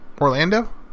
Orlando